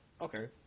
Okay